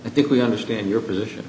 i think we understand your position